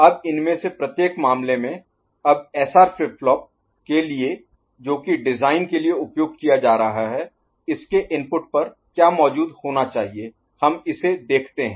अब इनमें से प्रत्येक मामले में अब एसआर फ्लिप फ्लिप फ्लॉप के लिए जो कि डिजाइन के लिए उपयोग किया जा रहा है इसके इनपुट पर क्या मौजूद होना चाहिए हम इसे देखते हैं